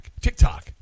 TikTok